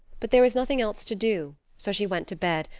but there was nothing else to do, so she went to bed,